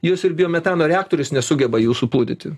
jos ir biometano reaktorius nesugeba jų supūdyti